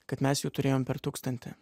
kad mes jau turėjom per tūkstantį